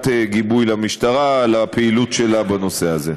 גיבוי למשטרה על הפעילות שלה בנושא הזה.